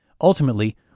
Ultimately